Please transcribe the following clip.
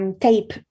Tape